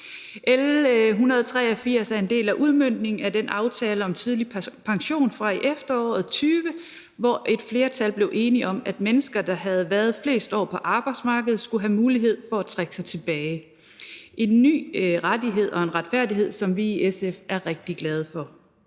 L 183 er en del af udmøntningen af den aftale om tidlig pension fra efteråret 2020, hvor et flertal blev enige om, at mennesker, der havde været flest år på arbejdsmarkedet, skulle have mulighed for at trække sig tilbage. Det er en ny rettighed og en retfærdighed, som vi i SF er rigtig glade for.